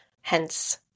hence